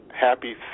happy